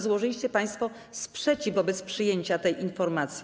Złożyliście państwo sprzeciw wobec przyjęcia tej informacji.